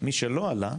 מי שלא עלה,